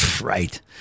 right